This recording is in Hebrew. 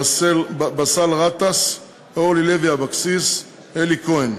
באסל גטאס, אורלי לוי אבקסיס ואלי כהן.